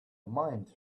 mind